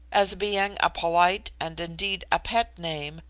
as being a polite and indeed a pet name,